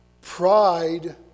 Pride